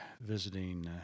visiting